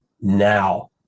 now